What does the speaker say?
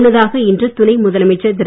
முன்னதாக இன்று துணை முதலமைச்சர் திரு